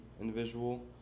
individual